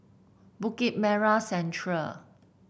Bukit Merah Central